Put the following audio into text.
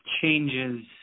changes